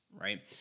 right